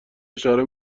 اشاره